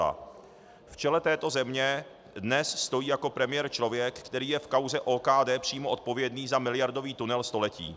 V čele této země dnes stojí jako premiér člověk, který je v kauze OKD přímo odpovědný za miliardový tunel století.